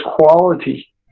quality